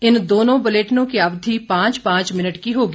इन दोनों बुलेटिनों की अवधि पांच पांच मिनट की होगी